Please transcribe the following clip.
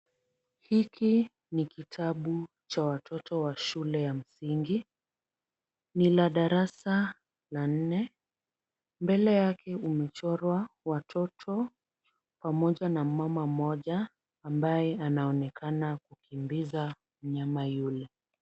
Hiki ni kitabu cha watoto wa shule ya msingi. No la darasa la nne. Mbele yake umechorwa watoto pamoja na mmama mmoja ambaye anaonekana kukimbiza mnyama yule.